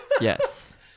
Yes